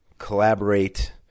collaborate